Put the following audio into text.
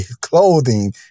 clothing